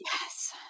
yes